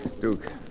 Duke